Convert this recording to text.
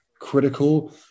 critical